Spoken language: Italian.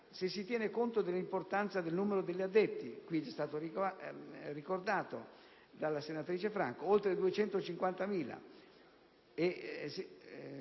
se si tiene conto dell'importanza del numero degli addetti, qui ricordato dalla senatrice Franco, che è di